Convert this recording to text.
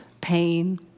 pain